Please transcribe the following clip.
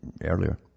earlier